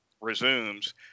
resumes